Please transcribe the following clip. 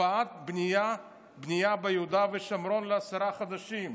הקפאת בנייה ביהודה ושומרון לעשרה חודשים.